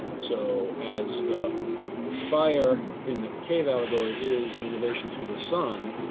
so as the fire in the cave allegory is in relation to the sun,